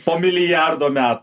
po milijardo metų